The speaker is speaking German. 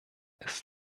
ist